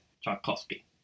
Tchaikovsky